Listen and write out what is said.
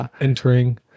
entering